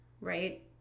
right